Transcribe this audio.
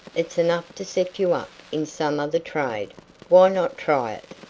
it's enough to set you up in some other trade. why not try it?